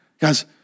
Guys